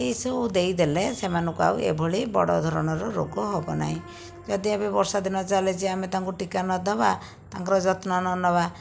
ଏହି ସବୁ ଦେଇଦେଲେ ସେମାନଙ୍କୁ ଆଉ ଏଭଳି ବଡ଼ ଧରଣର ରୋଗ ହେବ ନାହିଁ ଯଦି ଏବେ ବର୍ଷା ଦିନ ଚାଲିଛି ଆମେ ତାଙ୍କୁ ଟୀକା ନ ଦେବା ତାଙ୍କର ଯତ୍ନ ନ ନେବା